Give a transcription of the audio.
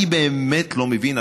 אני באמת לא מבין.